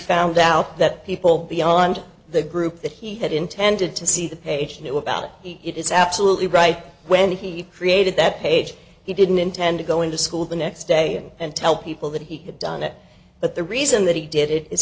found out that people beyond the group that he had intended to see the page knew about it is absolutely right when he created that page he didn't intend to go into school the next day and tell people that he had done it but the reason that he did it